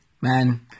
Man